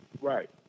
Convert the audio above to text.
Right